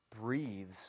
breathes